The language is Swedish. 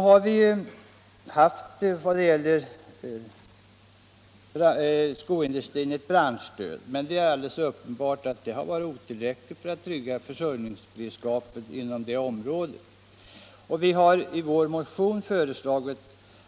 Skoindustrin har ju fått ett branschstöd, men det är alldeles uppenbart att detta varit otillräckligt för att trygga försörjningsberedskapen inom det området. Vi har i vår motion föreslagit